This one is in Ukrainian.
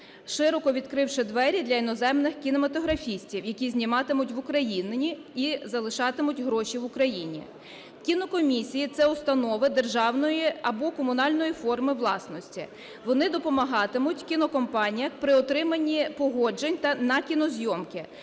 широко відкривши двері для іноземних кінематографістів, які зніматимуть в Україні і залишатимуть гроші в Україні. Кінокомісії – це установи державної або комунальної форми власності. Вони допомагатимуть кінокомпаніям при отриманні погоджень на кінозйомки,